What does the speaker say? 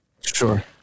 Sure